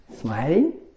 Smiling